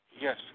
Yes